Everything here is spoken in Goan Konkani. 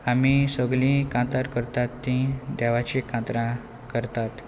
आमी सगली कांतर करतात ती देवाची कांतरां करतात